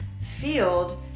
field